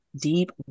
deep